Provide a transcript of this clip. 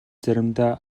заримдаа